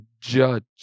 judge